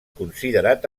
considerat